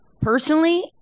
personally